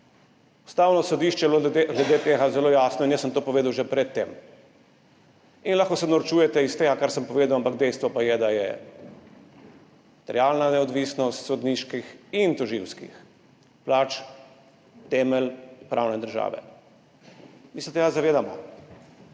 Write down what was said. Ustavno sodišče je bilo glede tega zelo jasno in jaz sem to povedal že pred tem. Lahko se norčujete iz tega, kar sem povedal, dejstvo pa je, da je materialna neodvisnost sodniških in tožilskih plač temelj pravne države. Mi se tega zavedamo.